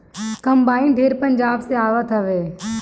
combine ढेर पंजाब से आवत हवे